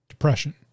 depression